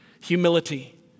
humility